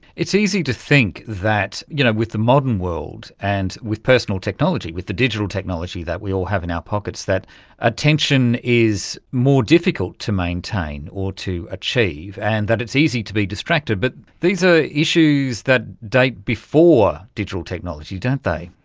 it's easy to think that you know with the modern world and with personal technology, with the digital technology that we all have in our pockets, that attention is more difficult to maintain or to achieve, and that it's easy to be distracted. but these are issues that date before digital technology, don't they.